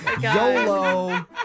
YOLO